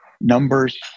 numbers